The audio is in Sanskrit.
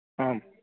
आम्